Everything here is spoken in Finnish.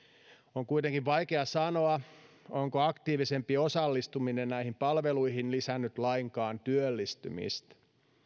on kuitenkin vaikea sanoa onko aktiivisempi osallistuminen näihin palveluihin lisännyt lainkaan työllistymistä